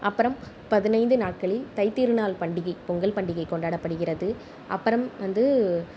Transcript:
அப்புறம் பதினைந்து நாட்களில் தை திருநாள் பண்டிகை பொங்கல் பண்டிகை கொண்டப்படுகிறது அப்புறம் வந்து